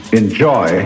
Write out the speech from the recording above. enjoy